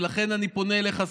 ולכן אני פונה אליך,